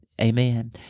Amen